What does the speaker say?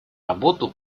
работу